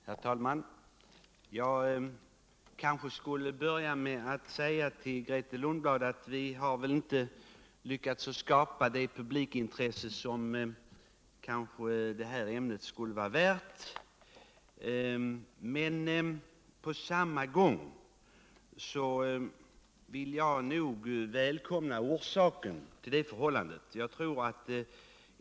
Herr talman! Jag skulle kanske börja med att säga till Grethe Lundblad att vi inte lyckats skapa det publikintresse som detta ämne egentligen skulle vara värt, men på samma gång vill jag nog välkomna orsaken till det förhållandet.